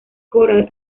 coral